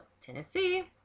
Tennessee